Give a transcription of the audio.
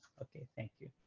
okay. thank you.